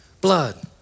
blood